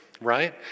right